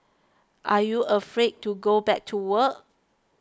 are you afraid to go back to work